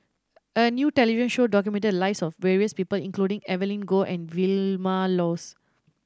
a new television show documented the lives of various people including Evelyn Goh and Vilma Laus